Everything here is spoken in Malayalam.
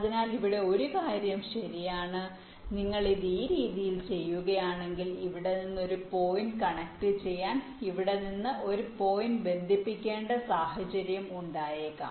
അതിനാൽ ഇവിടെ ഒരു കാര്യം ശരിയാണ് നിങ്ങൾ ഇത് ഈ രീതിയിൽ ചെയ്യുകയാണെങ്കിൽ ഇവിടെ നിന്ന് ഒരു പോയിന്റ് കണക്റ്റുചെയ്യാൻ ഇവിടെ നിന്ന് ഒരു പോയിന്റ് ബന്ധിപ്പിക്കേണ്ട സാഹചര്യം ഉണ്ടായേക്കാം